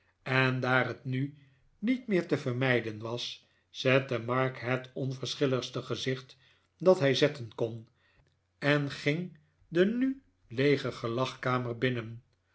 en daar het nu niet meer te vermijden was zette mark het onverschilligste gezicht dat hij zetten kon en ging de nu leege gelagkamer binnen